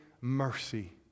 mercy